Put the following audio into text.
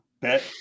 bet